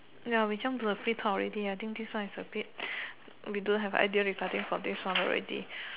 ya we jump to the free talk already I think this one is a bit we don't have idea regarding for this one already